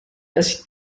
das